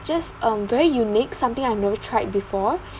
just um very unique something I've never tried before